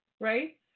right